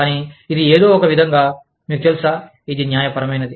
కానీ ఇది ఏదో ఒకవిధంగా మీకు తెలుసా ఇది దాదాపు న్యాయపరమైనది